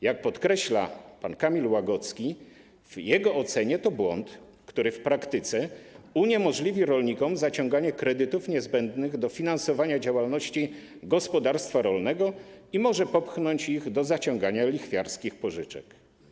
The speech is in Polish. Jak podkreśla pan Kamil Łagocki, w jego ocenie jest to błąd, który w praktyce uniemożliwi rolnikom zaciąganie kredytów niezbędnych do finansowania działalności gospodarstwa rolnego i może popchnąć ich do zaciągania lichwiarskich pożyczek.